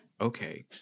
Okay